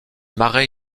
marées